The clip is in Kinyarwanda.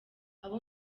abo